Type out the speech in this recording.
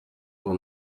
will